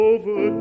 Over